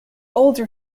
older